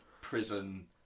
prison